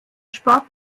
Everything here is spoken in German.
sport